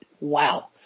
wow